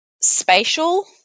spatial